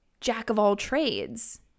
jack-of-all-trades